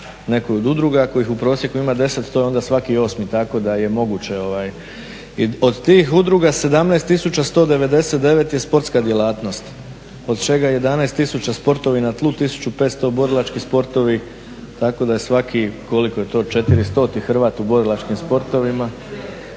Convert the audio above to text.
nekoj od udruga. Ako ih u prosjeku ima 10 to je onda svaki 8. Od tih udruga 17 199 je sportska djelatnost, od čega 11 000 sportovi na tlu, 1500 borilački sportovi. Tako da je svaki koliko je to 400 Hrvat u borilačkim sportovima